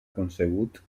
concebut